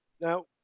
Now